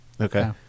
Okay